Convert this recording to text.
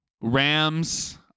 Rams